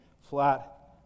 flat